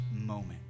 moment